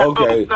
Okay